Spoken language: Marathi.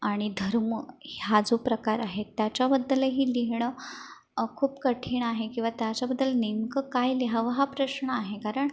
आणि धर्म ह्या जो प्रकार आहेत त्याच्याबद्दलही लिहिणं खूप कठीण आहे किंवा त्याच्याबद्दल नेमकं काय लिहावं हा प्रश्न आहे कारण